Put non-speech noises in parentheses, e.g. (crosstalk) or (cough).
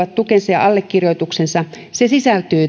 tukensa ja allekirjoituksensa sisältyy (unintelligible)